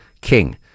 King